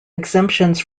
exemptions